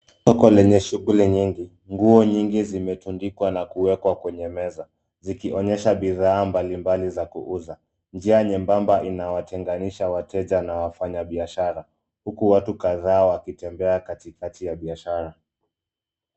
Soko lenye shughuli nyingi. Nguo nyingi zimetundikwa na kuwekwa kwenye meza zikionyesha bidhaa mbalimbali za kuuza. Njia nyembamba inawatenganisha wateja na wafanyabiashara huku watu kadhaa wakitembea katikati ya biashara.